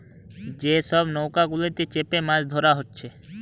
যে সব নৌকা গুলাতে চেপে মাছ ধোরা হচ্ছে